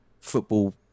football